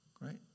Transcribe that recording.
right